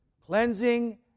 cleansing